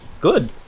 good